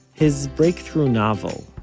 his breakthrough novel,